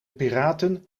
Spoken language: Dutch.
piraten